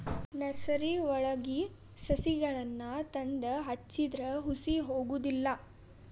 ನರ್ಸರಿವಳಗಿ ಸಸಿಗಳನ್ನಾ ತಂದ ಹಚ್ಚಿದ್ರ ಹುಸಿ ಹೊಗುದಿಲ್ಲಾ